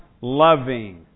loving